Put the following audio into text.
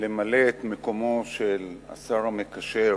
למלא את מקומו של השר המקשר,